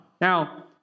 Now